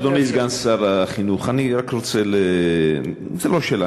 אדוני סגן שר החינוך, זו לא שאלה.